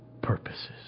purposes